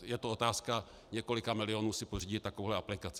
Je to otázka několika milionů si pořídit takovou aplikaci.